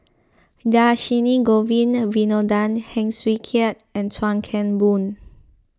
Dhershini Govin Winodan Heng Swee Keat and Chuan Keng Boon